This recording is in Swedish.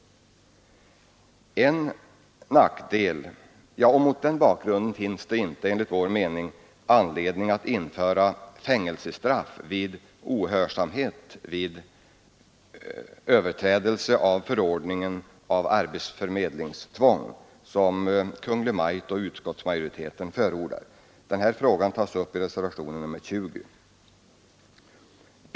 Mot den bakgrunden finns det inte enligt vår mening anledning att införa fängelsestraff för ohörsamhet och överträdelse av förordningen om arbetsförmedlingstvång, som Kungl. Maj:t och utskottsmajoriteten förordar. Denna fråga tas upp i reservationen 20.